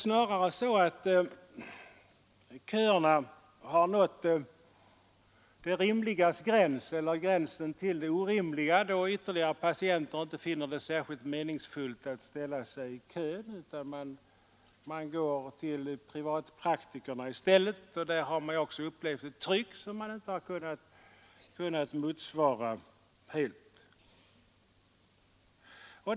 Snarare har köerna nått det rimligas gräns eller gränsen för det orimliga, då ytterligare patienter inte finner det särskilt meningsfullt att ställa sig i kön utan går till privatpraktiker i stället. Dessa har också upplevt ett tryck, som de inte helt kunnat motsvara.